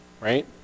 right